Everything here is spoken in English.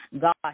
God